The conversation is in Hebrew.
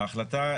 החלטה,